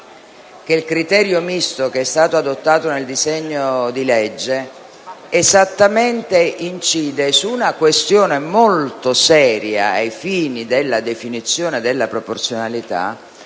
che il criterio misto, adottato nel disegno di legge, incide esattamente su una questione molto seria ai fini della definizione della proporzionalità.